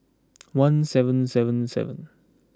one seven seven seven